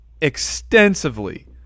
extensively